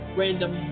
random